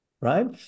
right